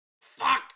Fuck